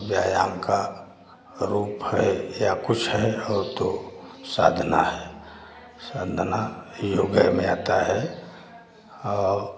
व्यायाम का रूप है या कुछ है और तो साधना है साधना योग में आता है और